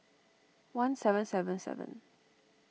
one seven seven seven